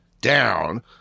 down